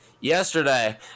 yesterday